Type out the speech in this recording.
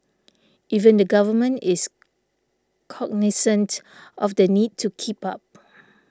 even the government is cognisant of the need to keep up